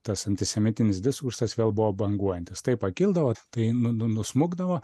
tas antisemitinis diskursas vėl buvo banguojantis tai pakildavo tai nu nu nusmukdavo